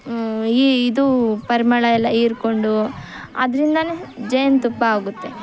ಈ ಇದು ಪರಿಮಳ ಎಲ್ಲ ಹೀರ್ಕೊಂಡು ಅದ್ರಿಂದಲೇ ಜೇನು ತುಪ್ಪ ಆಗುತ್ತೆ